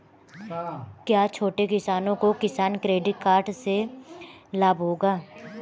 क्या छोटे किसानों को किसान क्रेडिट कार्ड से लाभ होगा?